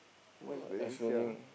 one is Valencia